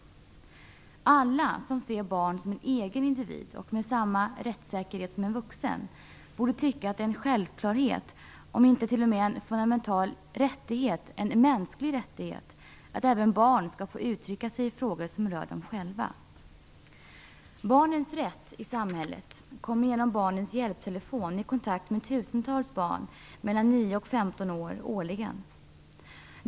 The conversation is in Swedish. Alla som ser barn som egna invidider med samma rättssäkerhet som en vuxen borde tycka att det är en självklarhet, om inte t.o.m. en fundamental rättighet - en mänsklig rättighet - att även barn skall få uttrycka sig i frågor som rör dem själva. Barnens Rätt I Samhället kommer genom Barnens Hjälptelefon i kontakt med tusentals barn mellan nio och femton år årligen.